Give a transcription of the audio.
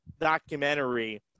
documentary